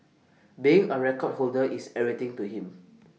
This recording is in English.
being A record holder is everything to him